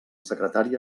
secretari